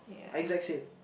exact same